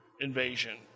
invasion